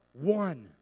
one